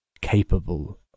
capable